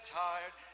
tired